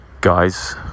Guys